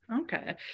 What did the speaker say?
okay